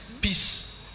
peace